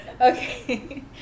Okay